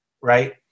right